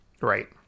Right